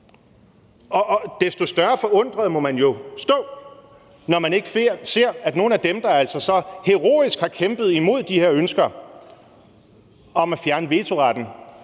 Og desto mere forundret må man jo stå, når man ikke ser nogen af dem, der altså så heroisk har kæmpet imod de her ønsker om at fjerne vetoretten,